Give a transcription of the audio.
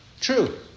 true